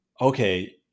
okay